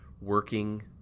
working